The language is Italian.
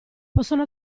possono